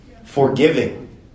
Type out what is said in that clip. forgiving